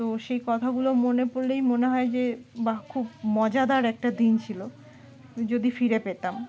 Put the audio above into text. তো সেই কথাগুলো মনে পড়লেই মনে হয় যে বাহ খুব মজাদার একটা দিন ছিল যদি ফিরে পেতাম